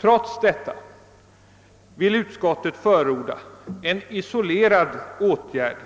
Trots detta vill utskottet förorda en isolerad åtgärd,